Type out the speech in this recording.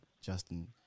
Justin